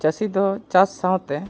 ᱪᱟᱹᱥᱤ ᱫᱚ ᱪᱟᱥ ᱥᱟᱶᱛᱮ